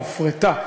הופרטה,